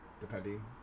depending